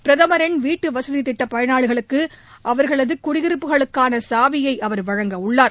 பிரதமின் வீட்டுவசதி திட்டப் பயனாளிகளுக்கு அவா்களது குடியிருப்புகளுக்கான சாவியை அவா் வழங்க உள்ளார்